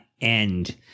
end